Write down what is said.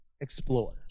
explore